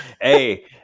Hey